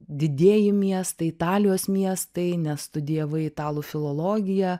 didieji miestai italijos miestai nes studijavai italų filologiją